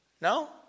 No